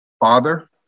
father